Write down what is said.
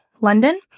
London